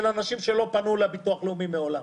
אנשים שלא פנו לביטוח הלאומי מעולם.